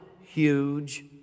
huge